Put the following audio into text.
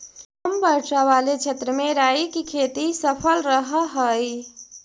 कम वर्षा वाले क्षेत्र में राई की खेती सफल रहअ हई